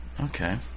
Okay